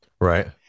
Right